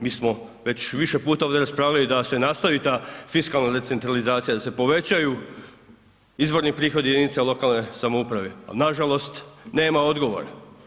Mi smo već više puta ovdje raspravljali da se nastavi ta fiskalna decentralizacija, da se povećaju izvorni prihodi jedinica lokalne samouprave, al nažalost nema odgovora.